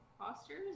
postures